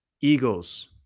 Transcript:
Eagles